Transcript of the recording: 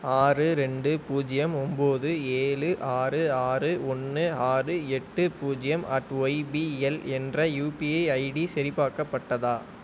ஆறு ரெண்டு பூஜ்ஜியம் ஒன்போது ஏழு ஆறு ஆறு ஒன்று ஆறு எட்டு பூஜ்ஜியம் அட் ஒய்பிஎல் என்ற யூபிஐ ஐடி சரிபார்க்கப்பட்டதா